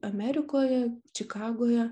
amerikoje čikagoje